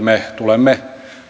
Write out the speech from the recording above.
me tulemme